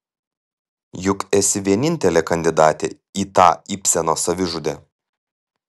juk esi vienintelė kandidatė į tą ibseno savižudę